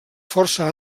força